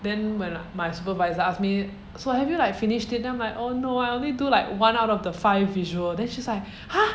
then when my supervisor ask me so have you like finished it then I'm like oh no I only do like one out of the five visual then she's like !huh!